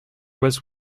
was